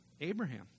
Abraham